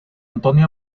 antonia